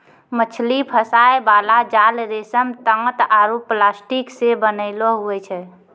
मछली फसाय बाला जाल रेशम, तात आरु प्लास्टिक से बनैलो हुवै छै